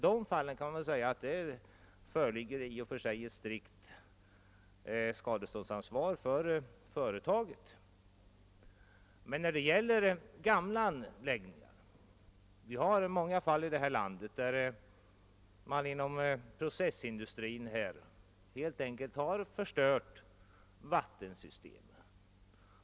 Det föreligger här ett strikt skadeståndsansvar för företagen. Men när det gäller gamla anläggningar finns det många fall där man inom processindustrin helt enkelt har förstört vattensystem.